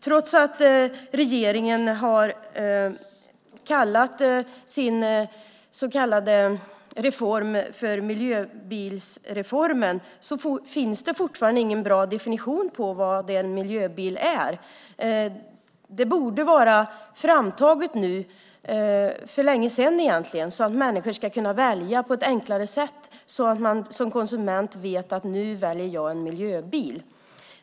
Trots att regeringen har kallat sin så kallade reform för miljöbilsreformen finns det fortfarande ingen bra definition på vad en miljöbil är. En sådan borde egentligen ha varit framtagen för länge sedan så att människor ska kunna välja på ett enklare sätt. Då vet man som konsument att man väljer en miljöbil.